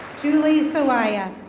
julie salaya.